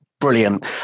brilliant